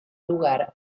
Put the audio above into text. lugar